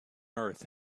earth